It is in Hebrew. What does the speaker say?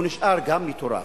הוא נשאר גם מטורף.